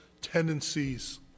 tendencies